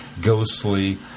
ghostly